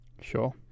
Sure